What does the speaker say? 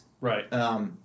Right